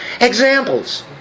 examples